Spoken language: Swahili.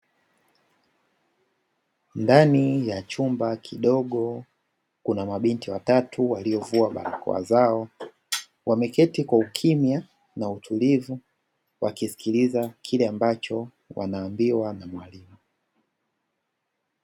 Ndani ya chumba kidogo kuna mabinti watatu walio vua barakoa zao wameketi kwa ukimya na utulivu wakisikiliza kile ambacho wanaambiwa na mwalimu.